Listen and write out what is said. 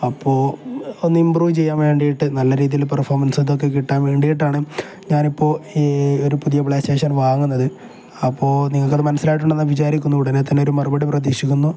അപ്പോള് ഒന്ന് ഇമ്പ്രൂവ് ചെയ്യാൻ വേണ്ടിയിട്ട് നല്ല രീതിയിൽ പെർഫോമൻസ് ഇതൊക്കെ കിട്ടാൻ വേണ്ടിയിട്ടാണ് ഞാനിപ്പോള് ഈയൊരു പുതിയ പ്ലേ സ്റ്റേഷൻ വാങ്ങുന്നത് അപ്പോള് നിങ്ങൾക്കത് മനസ്സിലായിട്ടുണ്ടെന്ന് വിചാരിക്കുന്നു ഉടനെത്തന്നെ ഒരു മറുപടി പ്രതീക്ഷിക്കുന്നു